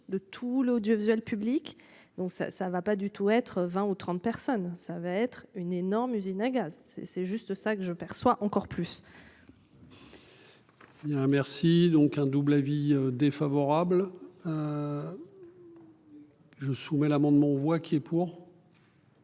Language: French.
de tout l'audiovisuel public. Bon ça, ça ne va pas du tout être 20 ou 30 personnes, ça va être une énorme usine à gaz. C'est c'est juste ça que je perçois encore plus. Il y a un merci donc un double avis défavorable. Je soumets l'amendement voit qui est pour.